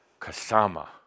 kasama